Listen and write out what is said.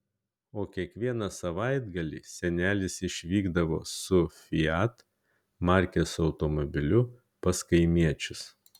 o kiekvieną savaitgalį senelis išvykdavo su fiat markės automobiliu pas kaimiečius